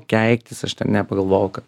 keiktis aš ten nepagalvojau kad